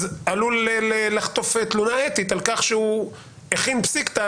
עלול לחטוף תלונה אתית על כך שהוא הכין פסיקתה